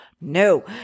No